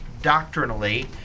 doctrinally